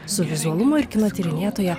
su vizualumo ir kino tyrinėtoja